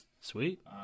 Sweet